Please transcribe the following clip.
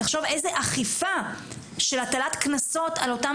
תחשוב איזו אכיפה של הטלת קנסות על אותם